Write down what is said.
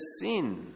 sin